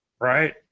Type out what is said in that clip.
Right